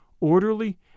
orderly